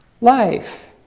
life